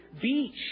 beach